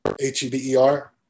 H-E-B-E-R